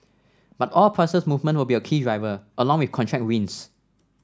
but oil price movement will be a key driver along with contract wins